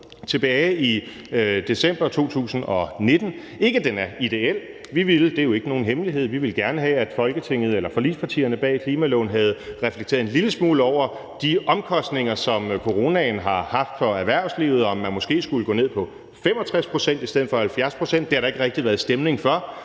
tilbage i december 2019, ikke at den er ideel, vi ville gerne – og det er jo ikke nogen hemmelighed – have, at Folketinget eller forligspartierne bag klimaloven havde reflekteret en lille smule over de omkostninger, som coronaen har haft for erhvervslivet, sådan at man måske skulle gå ned på 65 pct. i stedet for 70 pct. Det har der ikke rigtig været stemning for.